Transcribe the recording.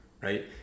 right